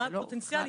פוטנציאלית,